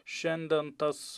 šiandien tas